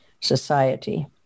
Society